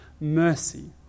mercy